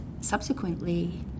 subsequently